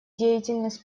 деятельность